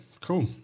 cool